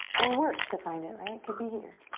or work to find it, right? it could be here.